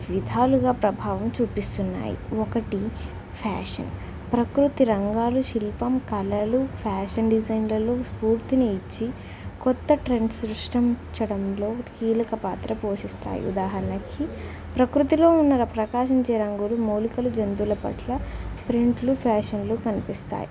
విధాలుగా ప్రభావం చూపిస్తున్నాయి ఒకటి ఫ్యాషన్ ప్రకృతి రంగాలు శిల్పం కలలు ఫ్యాషన్ డిజైనర్లు స్ఫూర్తిని ఇచ్చి కొత్త ట్రెండ్ సృష్టించడంలో కీలక పాత్ర పోషిస్తాయి ఉదాహరణకి ప్రకృతిలో ఉన్న ప్రకాశించే రంగులు మౌలికలు జంతువుల పట్ల ప్రింట్లు ఫ్యాషన్లు కనిపిస్తాయి